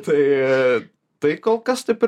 tai tai kol kas taip ir